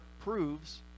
proves